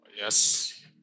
Yes